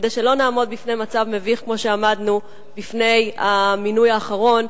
כדי שלא נעמוד בפני מצב מביך כמו במינוי האחרון.